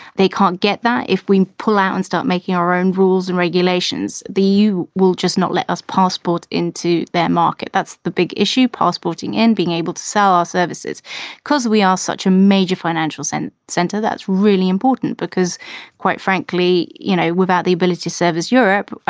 they can't get that if we pull out and start making our own rules and regulations. the eu will just not let us passport into that market. that's the big issue. passporting and being able to sell our services cause we are such a major financial centre centre that's really important because quite frankly, you know, without the ability to service europe,